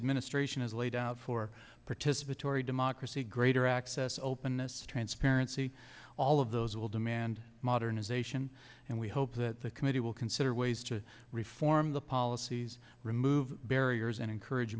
administration has laid out for participatory democracy greater access openness transparency all of those will demand modernization and we hope that the committee will consider ways to reform the policies remove barriers and encourage